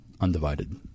undivided